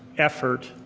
effort,